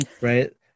right